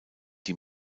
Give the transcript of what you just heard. die